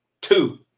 Two